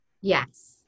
Yes